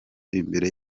imbere